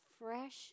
fresh